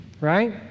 right